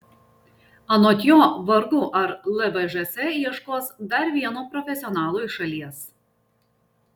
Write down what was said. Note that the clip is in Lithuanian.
anot jo vargu ar lvžs ieškos dar vieno profesionalo iš šalies